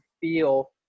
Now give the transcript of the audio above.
feel